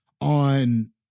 on